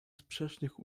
sprzecznych